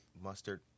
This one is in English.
mustard